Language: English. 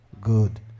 Good